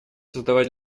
создавать